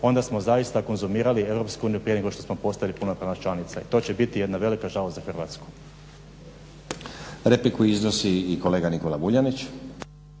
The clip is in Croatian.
onda smo zaista konzumirali EU prije nego što smo postali punopravna članica. To će biti jedna velika žalost za Hrvatsku.